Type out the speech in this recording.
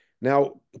Now